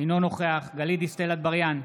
אינו נוכח גלית דיסטל אטבריאן,